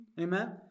Amen